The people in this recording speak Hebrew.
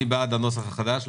מי בעד הנוסח החדש?